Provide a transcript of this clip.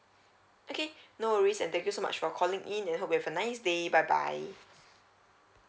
okay no worries and thank you so much for calling in and hope you have a nice day bye bye